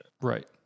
Right